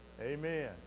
amen